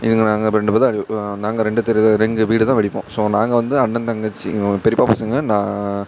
இவங்க நாங்கள் இப்போ ரெண்டு பேர்தான் நாங்கள் ரெண்டு தெரு ரெண்டு வீடுதான் வெடிப்போம் ஸோ நாங்கள் வந்து அண்ணன் தங்கச்சி எங்கள் பெரியப்பா பசங்கள் நான்